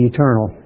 Eternal